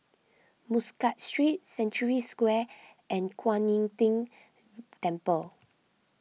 Muscat Street Century Square and Kuan Im Tng Temple